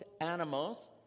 animals—